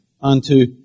unto